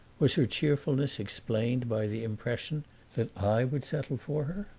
was her cheerfulness explained by the impression that i would settle for her?